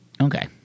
Okay